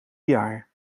jaar